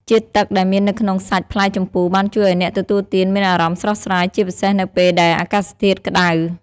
ជាតិទឹកដែលមាននៅក្នុងសាច់ផ្លែជម្ពូបានជួយឱ្យអ្នកទទួលទានមានអារម្មណ៍ស្រស់ស្រាយ ជាពិសេសនៅពេលដែលអាកាសធាតុក្ដៅ។